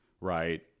right